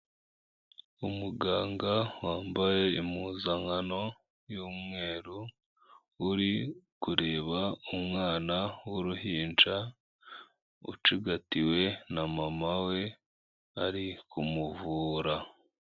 Umuganga wambaye impuzankano y'umweru; uri kureba umwana w'uruhinja ucigatiwe na mama we ari kumuvura.